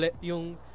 yung